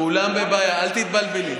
כולם בבעיה, אל תתבלבלי.